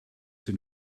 den